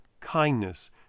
kindness